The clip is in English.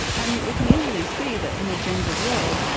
and we can easily see that in a gendered world,